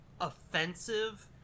offensive